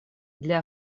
для